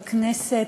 בכנסת,